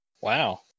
Wow